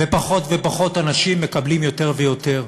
ופחות ופחות אנשים מקבלים יותר ויותר.